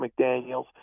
McDaniels